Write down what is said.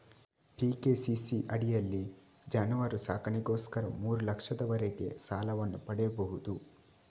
PKCC ಅಡಿಯಲ್ಲಿ ಜಾನುವಾರು ಸಾಕಣೆಗೋಸ್ಕರ ಮೂರು ಲಕ್ಷದವರೆಗೆ ಸಾಲವನ್ನು ಪಡೆಯಬಹುದು